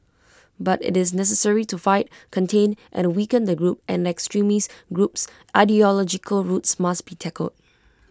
but IT is necessary to fight contain and weaken the group and the extremist group's ideological roots must be tackled